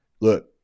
Look